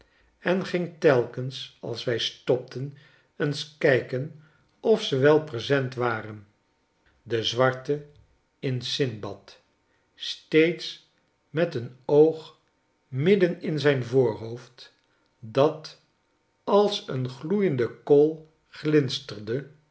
en ging telkens als wij stopten eens kijken of ze wel present waren de zwarte in sinbad steeds met een oog midden in zijn voorhoofd dat als een gloeiende kool glinsterde